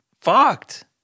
fucked